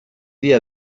dia